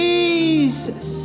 Jesus